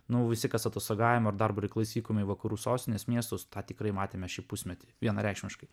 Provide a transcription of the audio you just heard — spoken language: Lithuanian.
nu visi kas atostogavome ar darbo reikalais vykome į vakarų sostinės miestus tą tikrai matėme šį pusmetį vienareikšmiškai